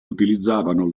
utilizzavano